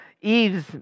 Eve's